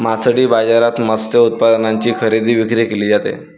मासळी बाजारात मत्स्य उत्पादनांची खरेदी विक्री केली जाते